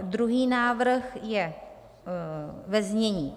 Druhý návrh je ve znění: